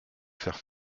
faire